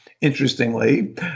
interestingly